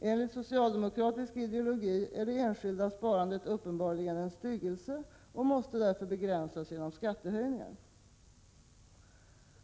Enligt socialdemokratisk ideologi är det enskilda sparandet uppenbarligen en styggelse och måste därför begränsas genom skattehöjningar.